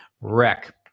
Wreck